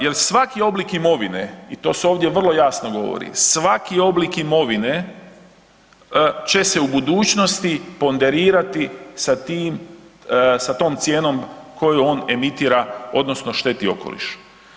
Jer svaki oblik imovine i to se ovdje vrlo jasno govori, svaki oblik imovine će se u budućnosti ponderirati sa tom cijenom koju on emitira odnosno šteti okolišu.